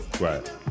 Right